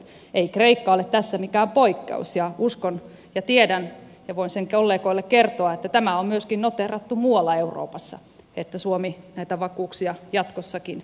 ei kreikka ole tässä mikään poikkeus ja uskon ja tiedän ja voin sen kollegoille kertoa että tämä on myöskin noteerattu muualla euroopassa että suomi näitä vakuuksia jatkossakin vaatii